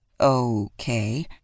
okay